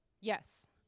Yes